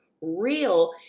real